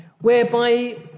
whereby